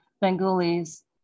Bengalis